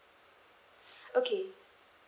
okay